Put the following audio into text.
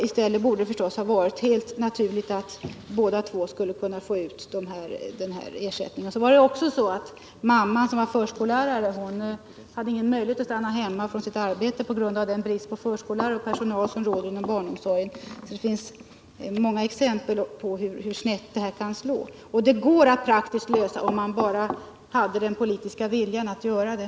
I stället borde det naturligtvis ha varit heit naturligt att båda två skulle kunna få ut ersättning. Det var också så att mamman, som var förskollärare, inte hade någon möjlighet att stanna hemma från sitt arbete på grund av den brist på förskollärare och personal som råder inom barnomsorgen. Det finns många exempel på hur snett bestämmelserna kan slå. Och det skulle gå att lösa problemen om man bara hade den politiska viljan att göra det.